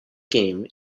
game